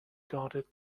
guarded